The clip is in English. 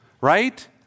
Right